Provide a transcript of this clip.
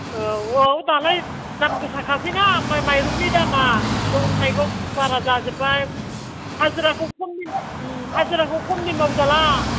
औ औ दालाय दामगोसाखासैना माइरंनि दामआ मैगं थाइगं बारा जाजोब्बाय हाजिराखौ खमनि हाजिराखौ खमनि मावजाला